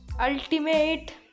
Ultimate